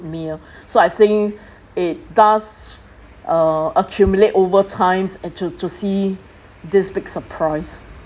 meal so I think it does uh accumulate over times uh to to see this big surprise